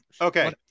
Okay